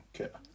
Okay